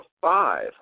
five